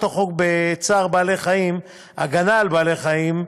חוק צער בעלי-חיים (הגנה על בעלי-חיים),